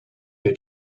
they